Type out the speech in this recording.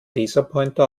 laserpointer